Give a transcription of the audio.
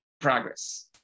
progress